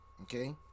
okay